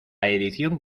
edición